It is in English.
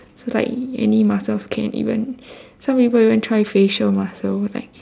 so like any muscles also can even some people even try facial muscles like